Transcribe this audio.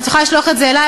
את יכולה לשלוח את זה אלי,